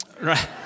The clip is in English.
Right